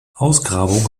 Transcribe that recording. ausgrabungen